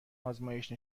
آزمایش